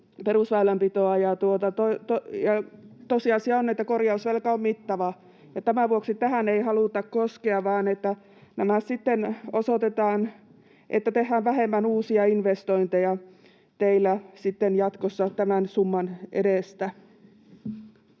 vaalikaudella. Tosiasia on, että korjausvelka on mittava, ja tämän vuoksi tähän ei haluta koskea, vaan nämä sitten osoitetaan siihen, että tehdään vähemmän uusia investointeja teillä jatkossa tämän summan edestä.